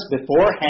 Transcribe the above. beforehand